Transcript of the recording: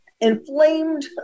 inflamed